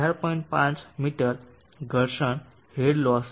05 metre ઘર્ષણ head loss છે